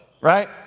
right